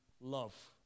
love